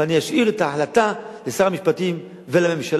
ואני אשאיר את ההחלטה לשר המשפטים ולממשלה,